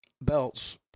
belts